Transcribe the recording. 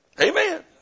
Amen